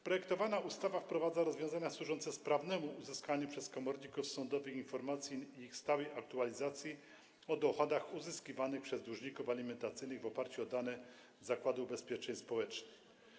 Projektowana ustawa wprowadza rozwiązania służące sprawnemu uzyskiwaniu przez komorników sądowych informacji, a także ich stałej aktualizacji, o dochodach uzyskiwanych przez dłużników alimentacyjnych w oparciu o dane Zakładu Ubezpieczeń Społecznych.